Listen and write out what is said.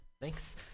thanks